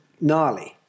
gnarly